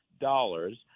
dollars